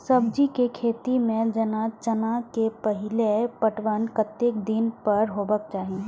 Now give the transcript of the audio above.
सब्जी के खेती में जेना चना के पहिले पटवन कतेक दिन पर हेबाक चाही?